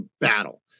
battle